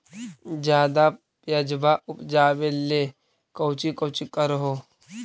ज्यादा प्यजबा उपजाबे ले कौची कौची कर हो?